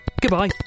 goodbye